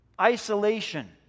Isolation